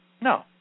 No